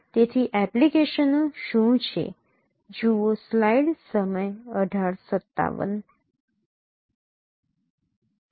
તેથી એપ્લિકેશનો શું છે